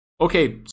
Okay